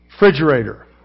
Refrigerator